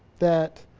that.